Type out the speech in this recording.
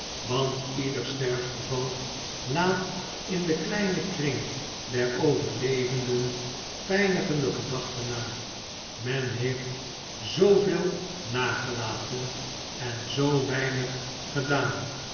want ieder sterfgeval laat in den kleinen kring der overlevenden pijnigende gedachten na men heeft zooveel nagelaten en zoo weinig gedaan